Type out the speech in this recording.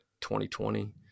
2020